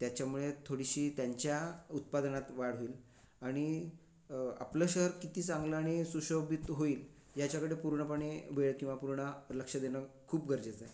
त्याच्यामुळे थोडीशी त्यांच्या उत्पादनात वाढ होईल आणि आपलं शहर किती चांगलं आणि सुशोभित होईल याच्याकडे पूर्णपणे वेळ किंवा पूर्ण लक्ष देणं खूप गरजेचं आहे